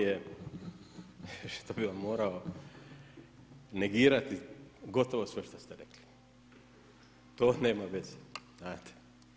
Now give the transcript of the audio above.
Žao mi je što bi vam morao negirati gotovo sve što ste rekli, to nema veze, znate.